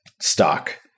stock